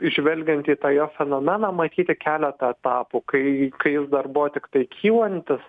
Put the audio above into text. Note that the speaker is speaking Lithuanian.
žvelgiant į tą jo fenomeną matyti keletą etapų kai kai jis dar buvo tiktai kylantis